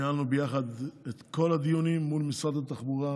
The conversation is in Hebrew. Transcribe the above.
ניהלנו ביחד את כל הדיונים מול משרד התחבורה,